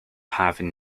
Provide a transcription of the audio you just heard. having